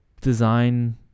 design